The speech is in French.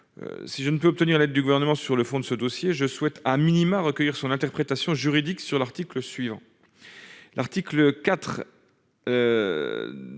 si je ne peux obtenir l'aide du gouvernement sur le fond de ce dossier, je souhaite a minima recueillir son interprétation juridique sur l'article suivant